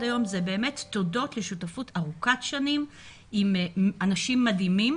היום זה באמת תודות לשותפות ארוכת שנים עם אנשים מדהימים,